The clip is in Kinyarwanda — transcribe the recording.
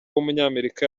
w’umunyamerika